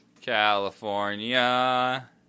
California